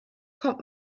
kommt